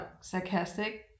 sarcastic